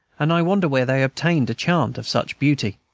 and i wonder where they obtained a chant of such beauty.